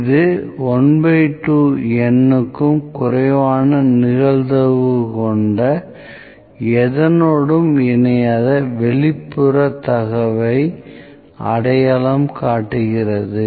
இது 12 N க்கும் குறைவான நிகழ்தகவு கொண்ட எதனோடும் இணையாத வெளிப்புற தகவை அடையாளம் காட்டுகிறது